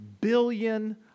billion